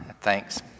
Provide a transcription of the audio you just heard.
Thanks